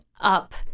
up